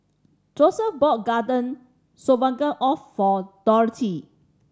Joesph bought Garden Stroganoff for Dorthy